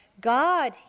God